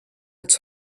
its